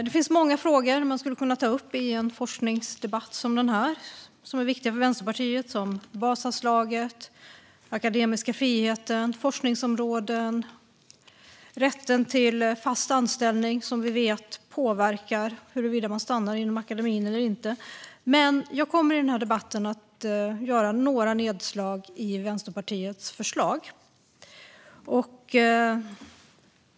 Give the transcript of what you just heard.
Det finns många frågor som är viktiga för Vänsterpartiet och som man skulle kunna ta upp i en forskningsdebatt som denna - basanslaget, den akademiska friheten, forskningsområden, rätten till fast anställning, som vi vet påverkar huruvida man stannar inom akademin eller inte - men jag kommer i denna debatt att göra några nedslag i Vänsterpartiets förslag.